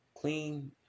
clean